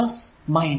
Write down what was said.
അത് p1